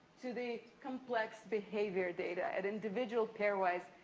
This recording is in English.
to the complex behavior data at individual, pairwise,